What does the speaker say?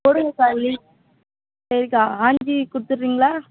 போடுங்க அக்கா அள்ளி சரிக்கா ஆஞ்சி கொடுத்துறீங்களா